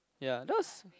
ya that was